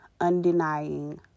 undenying